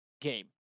game